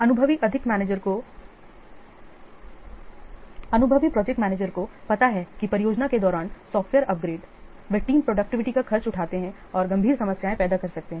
अनुभवी project manager को पता है कि परियोजना के दौरान सॉफ्टवेयर अपग्रेड वे टीम प्रोडक्टिविटी का खर्च उठाते हैं और गंभीर समस्याएं पैदा कर सकते हैं